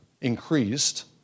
increased